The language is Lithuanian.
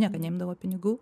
niekad neimdavo pinigų